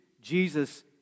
Jesus